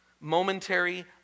momentary